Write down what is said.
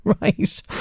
right